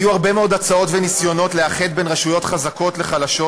היו הרבה מאוד הצעות וניסיונות לאחד רשויות חזקות וחלשות,